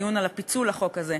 בדיון על הפיצול בחוק הזה,